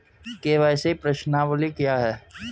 KYC प्रश्नावली क्या है?